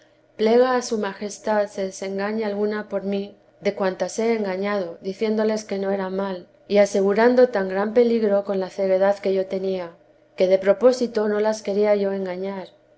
plega a su majestad se desengañe alguna por mi de cuantas lie engañado diciéndoles que no era mal y asegurando tan gran peligro con la ceguedad que yo tenía que de propósito no las quería yo engañar